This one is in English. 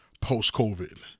post-COVID